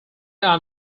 are